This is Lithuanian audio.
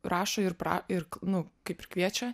rašo ir pra ir nu kaip ir kviečia